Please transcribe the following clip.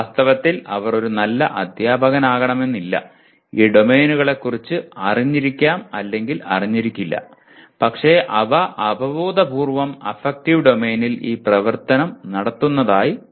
വാസ്തവത്തിൽ അവർ ഒരു നല്ല അധ്യാപകനാകണമെന്നില്ല ഈ ഡൊമെയ്നുകളെക്കുറിച്ച് അറിഞ്ഞിരിക്കാം അല്ലെങ്കിൽ അറിഞ്ഞിരിക്കില്ല പക്ഷേ അവ അവബോധപൂർവ്വം അഫക്റ്റീവ് ഡൊമെയ്നിൽ ഈ പ്രവർത്തനം നടത്തുന്നതായി തോന്നുന്നു